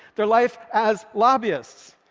their life as lobbyists.